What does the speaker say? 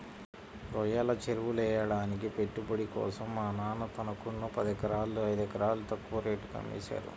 రొయ్యల చెరువులెయ్యడానికి పెట్టుబడి కోసం మా నాన్న తనకున్న పదెకరాల్లో ఐదెకరాలు తక్కువ రేటుకే అమ్మేశారు